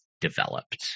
developed